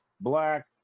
black